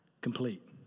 complete